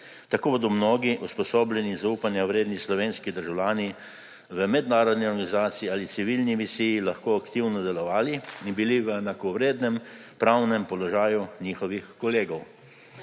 Tako bodo mnogi usposobljeni, zaupanja vredni slovenski državljani v mednarodni organizaciji ali civilni misiji lahko aktivno delovali in bodo v enakovrednem pravnem položaju s svojimi kolegi.